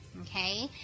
Okay